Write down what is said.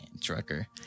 Trucker